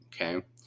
okay